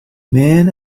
man